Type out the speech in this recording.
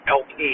lp